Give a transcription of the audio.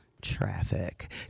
Traffic